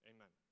Amen